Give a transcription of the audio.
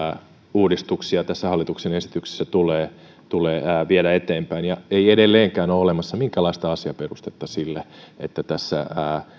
uudistuksia tässä hallituksen esityksessä tulee tulee viedä eteenpäin ei edelleenkään ole olemassa minkäänlaista asiaperustetta sille että tässä